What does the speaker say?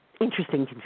interesting